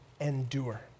endure